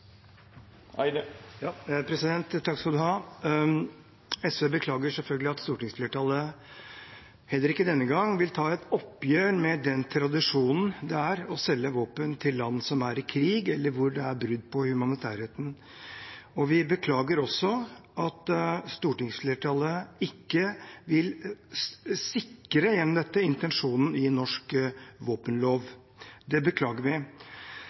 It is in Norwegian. stortingsflertallet heller ikke denne gang vil ta et oppgjør med den tradisjonen det er å selge våpen til land som er i krig, eller der det er brudd på humanitærretten. Vi beklager også at stortingsflertallet gjennom dette ikke vil sikre intensjonen i norsk våpenlov. Det beklager vi.